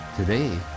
Today